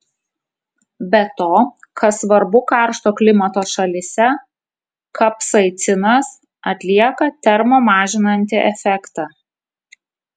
be to kas svarbu karšto klimato šalyse kapsaicinas atlieka termo mažinantį efektą